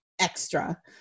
extra